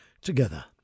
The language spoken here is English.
together